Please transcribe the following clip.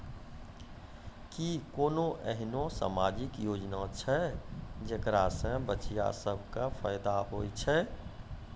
कि कोनो एहनो समाजिक योजना छै जेकरा से बचिया सभ के फायदा होय छै?